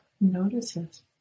notices